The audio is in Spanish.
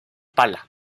pala